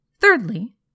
Thirdly